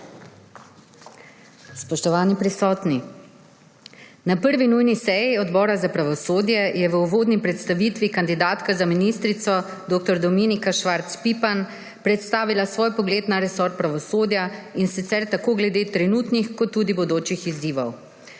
Spoštovani prisotni! Na 1. nujni seji Odbora za pravosodje je v uvodni predstavitvi kandidatke za ministrico dr. Dominika Švarc Pipan predstavila svoj pogled na resor pravosodja, in sicer tako glede trenutnih kot tudi bodočih izzivov.